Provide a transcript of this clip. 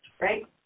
right